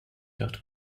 dot